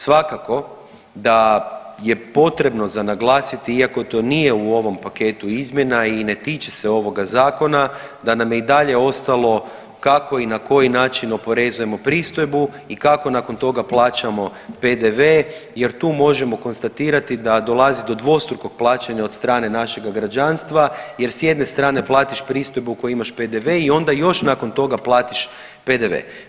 Svakako da je potrebno za naglasiti, iako to nije u ovom paketu izmjena i ne tiče se ovoga zakona, da nam je i dalje ostalo kako i na koji način oporezujemo pristojbu i kako nakon toga plaćamo PDV jer tu možemo konstatirati da dolazi do dvostrukog plaćanja od strane našega građanstva jer s jedne strane platiš pristojbu u kojoj imaš PDV i onda još nakon toga platiš PDV.